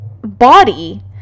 body